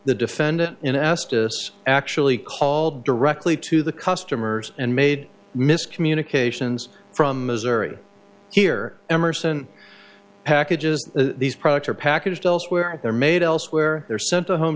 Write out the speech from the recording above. the defendant in estus actually called directly to the customers and made miscommunications from missouri here emerson packages these products are packaged elsewhere they're made elsewhere they're sent to home